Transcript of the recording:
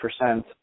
percent